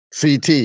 CT